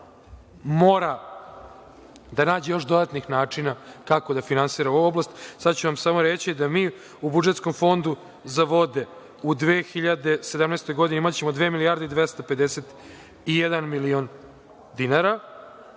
mora da nađe još dodatnih načina kako da finansira ovu oblast. Sada ću vam samo reći da mi u budžetskom Fondu za vode u 2017. godini imaćemo dve milijarde 251 milion dinara